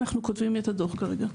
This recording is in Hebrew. אנחנו כותבים את הדו"ח כרגע.